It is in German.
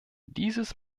dieses